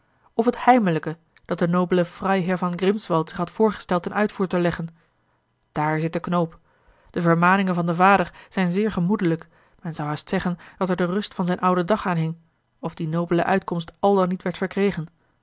of het heimelijke dat de nobele freiherr von grimswald zich had voorgesteld ten uitvoer te leggen daar zit de knoop de vermaningen van den vader zijn zeer gemoedelijk men zou haast zeggen dat er de rust van zijn ouden dag aan hing of die nobele uitkomst àl dan niet werd verkregen